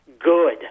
good